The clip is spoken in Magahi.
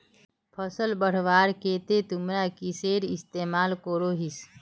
फसल बढ़वार केते तुमरा किसेर इस्तेमाल करोहिस?